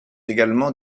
également